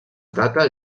data